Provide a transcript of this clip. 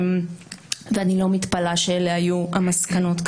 אני לא מתפלאת שאלה היו המסקנות.